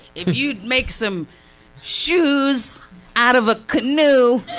if you'd make some shoes out of a canoe,